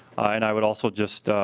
and i would also just